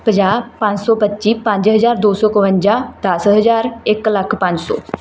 ਪੰਜਾਹ ਪੰਜ ਸੌ ਪੱਚੀ ਪੰਜ ਹਜ਼ਾਰ ਦੋ ਸੌ ਇੱਕਵੰਜਾ ਦਸ ਹਜ਼ਾਰ ਇੱਕ ਲੱਖ ਪੰਜ ਸੌ